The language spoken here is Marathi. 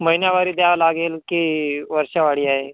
महिन्यावारी द्यावं लागेल की वर्षावारी आहे